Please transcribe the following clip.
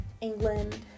England